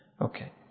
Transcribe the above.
Okay